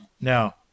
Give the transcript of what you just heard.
Now